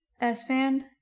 S-Band